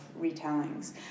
retellings